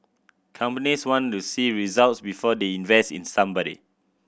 companies want to see results before they invest in somebody